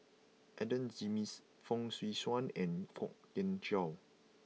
Adan Jimenez Fong Swee Suan and Kwok Kian Chow